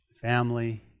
family